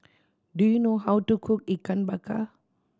do you know how to cook Ikan Bakar